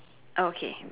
okay